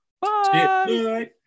Bye